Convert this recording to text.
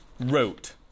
wrote